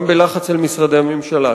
גם בלחץ על משרדי הממשלה,